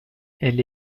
elle